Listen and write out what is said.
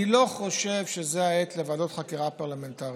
אני לא חושב שזו העת לוועדות חקירה פרלמנטריות.